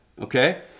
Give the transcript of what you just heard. Okay